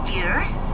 Years